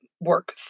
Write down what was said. work